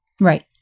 right